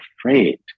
afraid